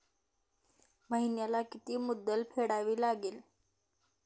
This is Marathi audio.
महिन्याला किती मुद्दल फेडावी लागेल?